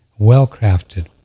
well-crafted